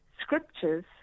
scriptures